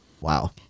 Wow